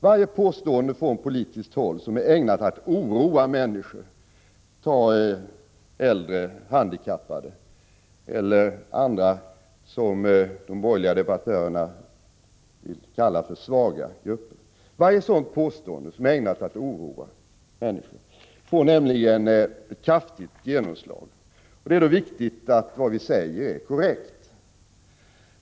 Varje påstående från politiskt håll som är ägnat att oroa människor — exempelvis äldre, handikappade eller andra grupper som de borgerliga debattörerna vill kalla för svaga — får nämligen kraftigt genomslag. Det är då viktigt att det vi säger är korrekt.